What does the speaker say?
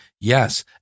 Yes